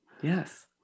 Yes